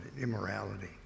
immorality